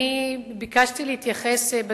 כן, יש כמעט רוב של חברות כנסת.